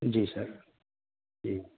جی sir جی